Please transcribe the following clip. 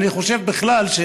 אני חושב שבכלל,